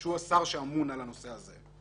שהוא השר שאמון על הנושא הזה.